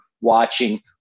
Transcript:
watching